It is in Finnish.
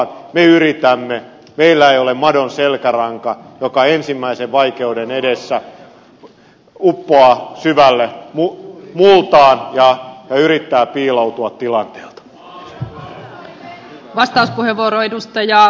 me yritämme meillä ei ole madon selkäranka joka ensimmäisen vaikeuden edessä uppoaa syvälle multaan ja yrittää piiloutua tilanteelta